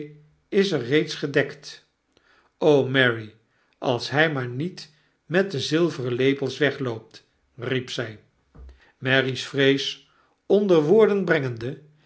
is reeds gedekt maryi als hy maar met met de zilveren lepels wegloopt riep zy mary's vrees onder woorden brengende